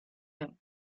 him